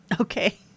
Okay